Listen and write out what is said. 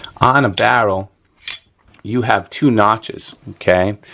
on a barrel you have two notches. okay,